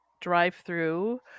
drive-through